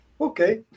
okay